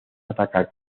atacar